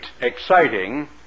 exciting